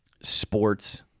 sports